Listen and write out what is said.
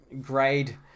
grade